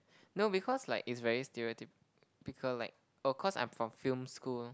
no because like it's very stereotypical like oh cause I'm from film school